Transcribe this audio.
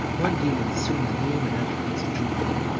one daemon assuming the name and attributes of jupiter,